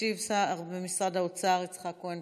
ישיב השר במשרד האוצר יצחק כהן,